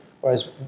Whereas